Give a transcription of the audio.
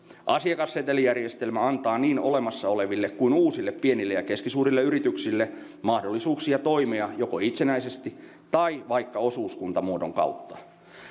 asiakassetelijärjestelmä antaa niin olemassa oleville kuin uusille pienille ja keskisuurille yrityksille mahdollisuuksia toimia joko itsenäisesti tai vaikka osuuskuntamuodon kautta